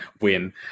win